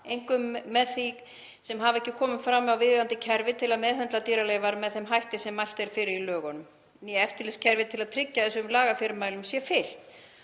einkum með því að hafa ekki komið fram með viðeigandi kerfi til að meðhöndla dýraleifar með þeim hætti sem mælt er fyrir í lögunum né eftirlitskerfi til að tryggja að þessum lagafyrirmælum sé fylgt.